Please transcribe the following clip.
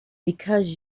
because